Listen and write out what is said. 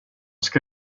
ska